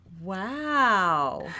Wow